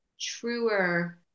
truer